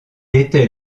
était